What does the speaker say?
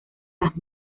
las